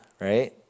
right